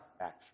action